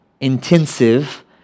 intensive